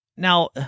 Now